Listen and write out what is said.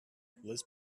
liz